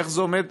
איך זה עומד